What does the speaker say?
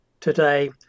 today